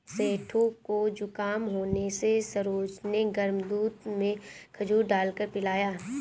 सेठू को जुखाम होने से सरोज ने गर्म दूध में खजूर डालकर पिलाया